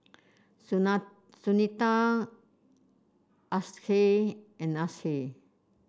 Sunita Akshay and Akshay